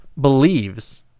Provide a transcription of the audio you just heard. believes